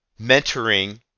mentoring